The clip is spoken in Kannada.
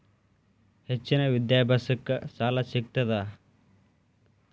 ಹೆಚ್ಚಿನ ವಿದ್ಯಾಭ್ಯಾಸಕ್ಕ ಸಾಲಾ ಸಿಗ್ತದಾ?